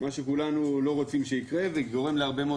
מה שכולנו לא רוצים שיקרה וגורם להרבה מאוד